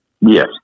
Yes